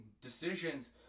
decisions